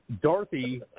dorothy